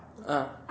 uh